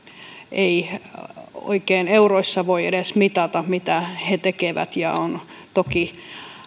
ei oikein euroissa voi edes mitata mitä he tekevät ja on toki